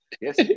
yes